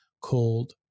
called